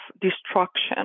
destruction